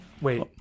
wait